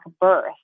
birth